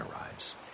arrives